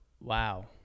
wow